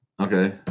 Okay